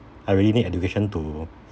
I really need education to